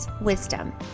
wisdom